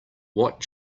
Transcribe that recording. what